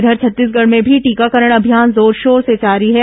इधर छत्तीसगढ़ में भी टीकाकरण अभियान जोरशोर से जारी है